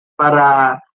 para